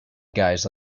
guys